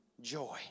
joy